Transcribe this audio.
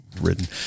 written